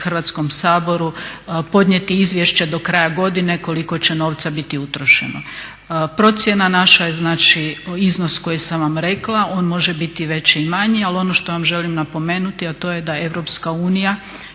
Hrvatskom saboru podnijeti izvješće do kraja godine koliko će novca biti utrošeno. Procjena naša je iznos koji sam vam rekla, on može biti veći i manji, ali ono što vam želim napomenuti, a to je da će EU dio